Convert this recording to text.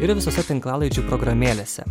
ir visose tinklalaidžių programėlėse